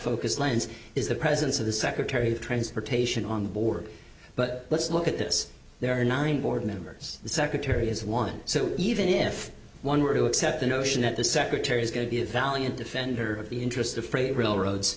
focus lens is the presence of the secretary of transportation on board but let's look at this there are nine board members the secretary has one so even if one were to accept the notion that the secretary is going to be a valiant defender of the interest of freight railroads